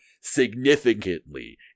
significantly